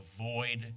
avoid